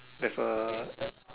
there's a